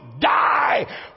die